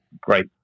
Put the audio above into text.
great